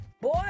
Boy